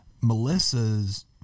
melissa's